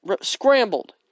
scrambled